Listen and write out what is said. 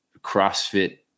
CrossFit